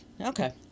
Okay